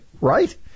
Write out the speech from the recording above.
Right